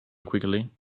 quickly